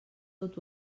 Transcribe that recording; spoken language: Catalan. tot